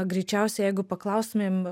greičiausiai jeigu paklausime